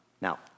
Now